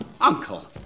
Uncle